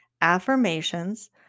Affirmations